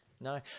No